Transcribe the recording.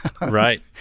right